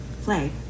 Play